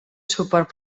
suport